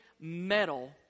metal